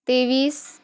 तेवीस